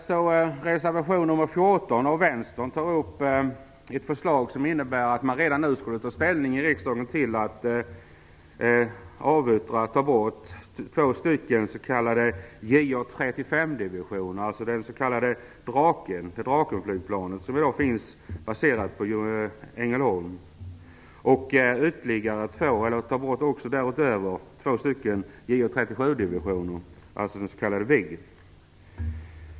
I reservation nr 14 tar Vänstern vidare upp ett förslag om att riksdagen redan nu skulle ta ställning till att lägga ned två J 35-divisioner, dvs. divisioner baserade på Drakenflygplanet, bl.a. i Ängelholm, och därutöver också två J 37-divisioner, baserade på Viggenflygplan.